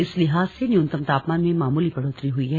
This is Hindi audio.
इस लिहाज से न्यूनतम तापमान में मामूली बढ़ोतरी हुई है